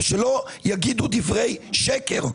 אבל שלא יגידו דברי שקר.